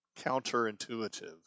counterintuitive